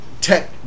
tech